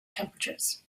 temperatures